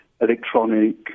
electronic